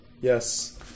Yes